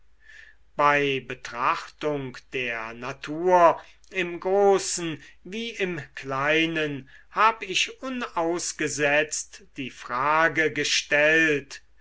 bei betrachtung der natur im großen wie im kleinen hab ich unausgesetzt die frage gestellt